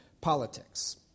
politics